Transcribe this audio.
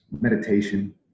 meditation